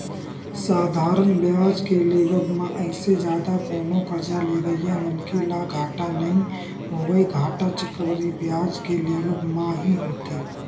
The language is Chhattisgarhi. साधारन बियाज के लेवब म अइसे जादा कोनो करजा लेवइया मनखे ल घाटा नइ होवय, घाटा चक्रबृद्धि बियाज के लेवब म ही होथे